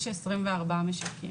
יש 24 משקים.